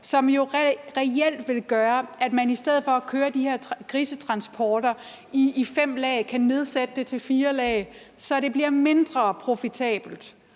som jo reelt ville gøre, at man i stedet for at køre med de her grisetransporter i fem lag kan nedsætte det til fire lag, så det bliver mindre profitabelt